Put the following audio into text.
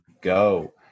go